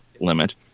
limit